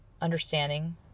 understanding